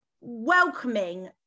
welcoming